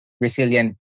resilient